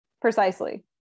precisely